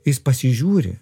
jis pasižiūri